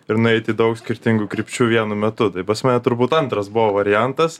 ir nueit į daug skirtingų krypčių vienu metu tai pas mane turbūt antras buvo variantas